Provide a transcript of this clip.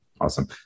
Awesome